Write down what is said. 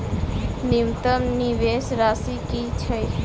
न्यूनतम निवेश राशि की छई?